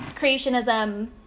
Creationism